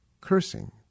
cursing